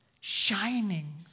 shining